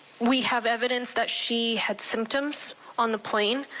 we have evidence that she had symptoms on the plane,